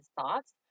thoughts